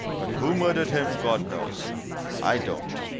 but who murdered him, god knows i don't!